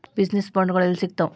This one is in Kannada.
ಬಿಜಿನೆಸ್ ಬಾಂಡ್ಗಳು ಯೆಲ್ಲಿ ಸಿಗ್ತಾವ?